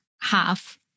half